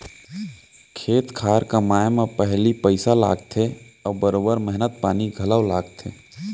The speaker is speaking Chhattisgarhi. खेत खार कमाए म पहिली पइसा लागथे अउ बरोबर मेहनत पानी घलौ लागथे